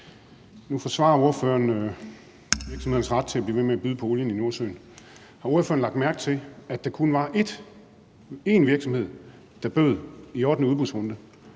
Nu forsvarer ordføreren virksomhedernes ret til at blive ved med at byde på olien i Nordsøen. Har ordføreren lagt mærke til, at der kun var én virksomhed, der bød i ottende udbudsrunde?